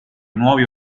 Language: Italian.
nuovi